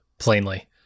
plainly